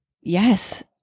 yes